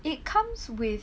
it comes with